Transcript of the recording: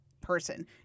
person